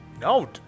No